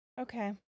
Okay